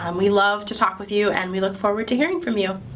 um we love to talk with you, and we look forward to hearing from you.